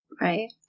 Right